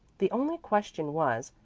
the only question was,